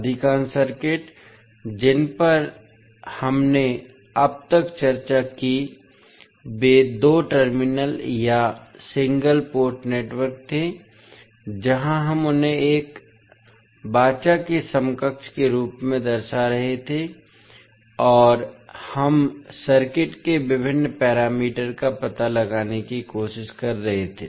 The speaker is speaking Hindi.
अधिकांश सर्किट जिन पर हमने अब तक चर्चा की है वे दो टर्मिनल या सिंगल पोर्ट नेटवर्क थे जहां हम उन्हें एक वाचा के समकक्ष के रूप में दर्शा रहे थे और हम सर्किट के विभिन्न पैरामीटर का पता लगाने की कोशिश कर रहे थे